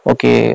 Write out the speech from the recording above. Okay